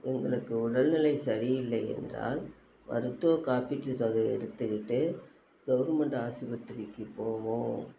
எங்களுக்கு உடல்நிலை சரியில்லை என்றால் மருத்துவ காப்பீட்டு தொகையை எடுத்துக்கிட்டு கவர்மெண்ட் ஆஸ்பத்திரிக்கு போவோம்